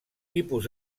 tipus